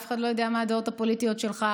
אף אחד לא יודע מה הדעות הפוליטיות שלך,